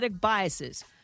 Biases